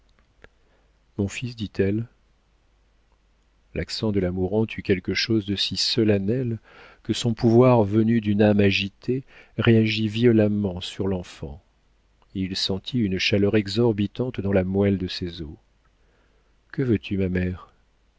mon fils dit-elle l'accent de la mourante eut quelque chose de si solennel que son pouvoir venu d'une âme agitée réagit violemment sur l'enfant il sentit une chaleur exorbitante dans la moelle de ses os que veux-tu ma mère